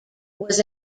was